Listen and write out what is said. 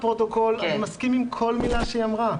הפרוטוקול, אני מסכים עם כל מילה שהיא אמרה.